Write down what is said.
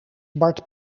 bart